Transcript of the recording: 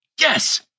Yes